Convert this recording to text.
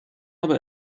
aber